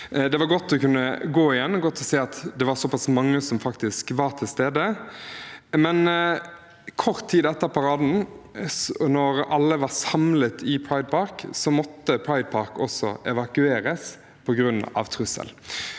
Det var godt å kunne gå igjen og godt å se at det var såpass mange som var til stede. Men kort tid etter paraden, da alle var samlet i Pride Park, måtte Pride Park evakueres på grunn av en trussel.